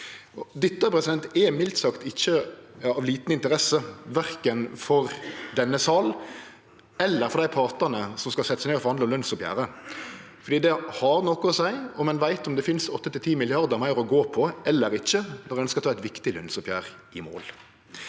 Dette er mildt sagt ikkje av lita interesse, verken for denne sal eller for dei partane som skal setje seg ned og forhandle lønsoppgjeret, for det har noko å seie om ein veit om det finst 8–10 mrd. kr meir å gå på eller ikkje, når ein skal få eit viktig lønsoppgjer i mål.